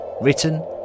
written